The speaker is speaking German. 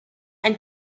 ein